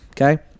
okay